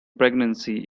pregnancy